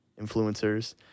influencers